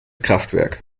kraftwerk